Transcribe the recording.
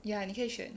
ya 你可以选